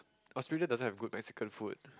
Australia doesn't have good Mexican food